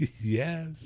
Yes